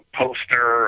poster